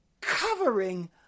covering